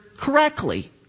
correctly